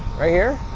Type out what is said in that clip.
right here.